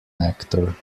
actor